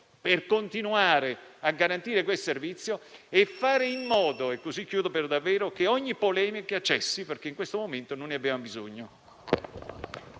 per continuare a garantire questo servizio e fare in modo che ogni polemica cessi, perché in questo momento non ne abbiamo bisogno.